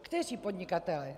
Kteří podnikatelé?